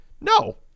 No